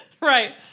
Right